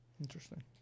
Interesting